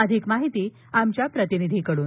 अधिक माहिती आमच्या प्रतिनिधीकडून